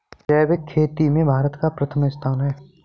जैविक खेती में भारत का प्रथम स्थान है